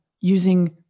using